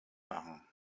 machen